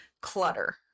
clutter